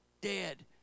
dead